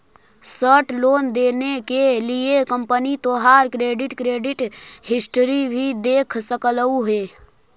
short loan देने के लिए कंपनी तोहार क्रेडिट क्रेडिट हिस्ट्री भी देख सकलउ हे